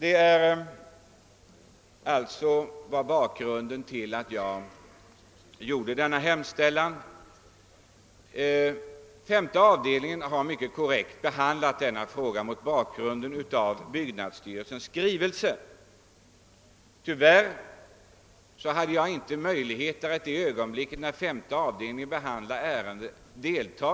Detta är alltså bakgrunden till min framställning. Femte avdelningen har mycket korrekt behandlat frågan mot bakgrund av byggnadsstyrelsens skrivelse. Tyvärr hade jag inte möjlighet att deltaga i det ögonblick då femte avdelningen behandlade ärendet.